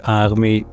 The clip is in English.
army